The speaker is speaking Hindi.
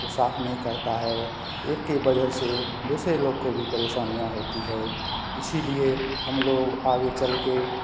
को साफ नहीं करता है एक के बजह से दूसरे लोग को भी परेशानियाँ होती है इसलिए हमलोग आगे चल कर